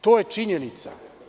To je činjenica.